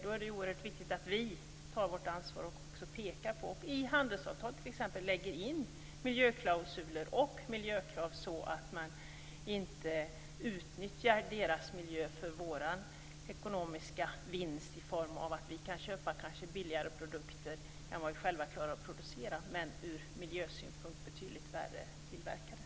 Då är det oerhört viktigt att vi tar vårt ansvar och pekar på detta och i t.ex. handelsavtal lägger in miljöklausuler och miljökrav, så att vi inte utnyttjar deras miljö för vår ekonomiska vinst i form av att vi kanske köper produkter som är billigare för oss än att vi själva producerar dem men som ur miljösynpunkt är tillverkade på ett dåligt sätt.